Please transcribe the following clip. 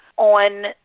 on